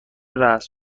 رسم